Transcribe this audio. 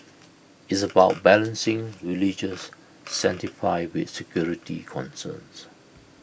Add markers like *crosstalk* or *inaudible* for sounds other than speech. it's about balancing religious *unintelligible* with security concerns